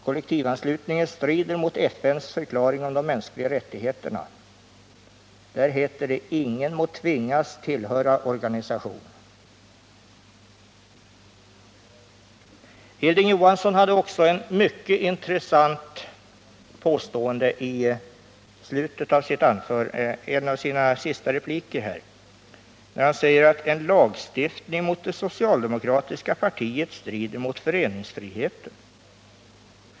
Kollektivanslutningen strider mot FN:s deklaration om de mänskliga rättigheterna som säger att ingen må tvingas tillhöra någon organisation. Hilding Johansson gjorde också ett mycket intressant påstående i en av sina senaste repliker, där han sade att en lagstiftning på detta område strider mot föreningsfriheten.